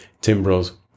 timbrels